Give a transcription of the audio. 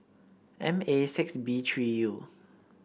M A six B three U